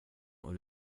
och